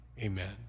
amen